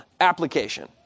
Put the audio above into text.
application